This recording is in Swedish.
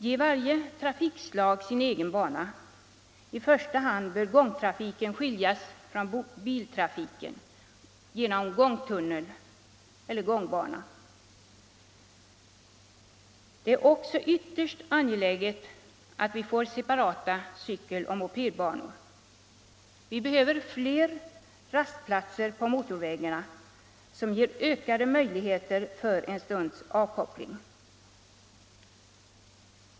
Ge varje trafikslag sin egen bana! I första hand bör gångtrafiken skiljas från biltrafiken, genom gångtunnel eller gångbana. Det är också ytterst angeläget att vi får separata cykeloch mopedbanor. Vi behöver fler rastplatser vid motorvägarna, som ger ökade möjligheter till en stunds avkoppling.